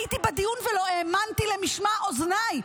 הייתי בדיון ולא האמנתי למשמע אוזניי,